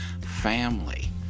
family